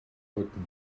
rücken